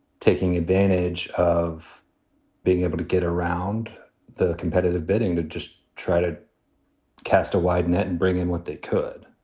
taking advantage of being able to get around the competitive bidding to just try to cast a wide net and bring in what they could.